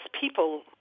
people